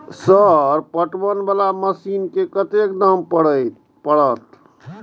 Sir पटवन वाला machine के कतेक दाम परतें?